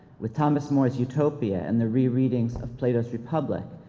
with thomas more's utopia, and the re-readings of plato's republic,